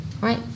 Right